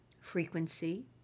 frequency